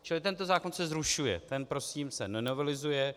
Čili tento zákon se zrušuje, ten prosím se nenovelizuje.